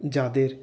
যাদের